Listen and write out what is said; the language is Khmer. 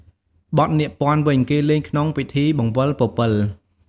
បទនាគព័ទ្ធវិញ គេលេងក្នុងពិធីបង្វិលពពិល។